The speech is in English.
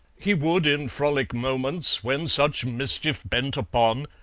he would in frolic moments, when such mischief bent upon,